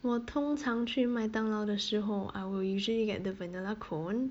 我通常去麦当劳的时候 I will usually get the vanilla cone